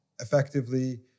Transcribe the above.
effectively